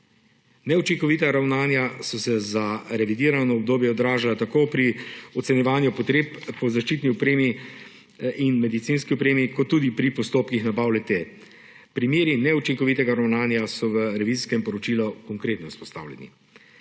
Neučinkovita ravnanja so se za revidirano obdobje odražala tako pri ocenjevanju potreb po zaščitni opremi in medicinski opremi kot tudi pri postopkih nabav le-te. Primeri neučinkovitega ravnanja so v revizijskem poročilu konkretno izpostavljeni.